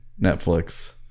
Netflix